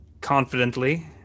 confidently